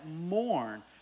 mourn